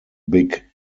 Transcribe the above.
big